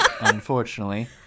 unfortunately